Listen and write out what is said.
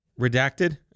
Redacted